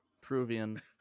Peruvian